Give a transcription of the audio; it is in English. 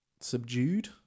subdued